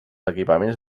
equipaments